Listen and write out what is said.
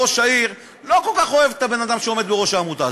ראש העיר לא כל כך אוהב את הבן-אדם שעומד בראש העמותה.